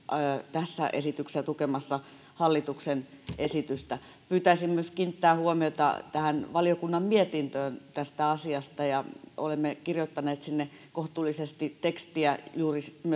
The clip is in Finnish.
tässä esityksessä tukemassa hallituksen esitystä pyytäisin myös kiinnittämään huomiota valiokunnan mietintöön tästä asiasta olemme kirjoittaneet sinne kohtuullisesti tekstiä myös juuri